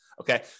Okay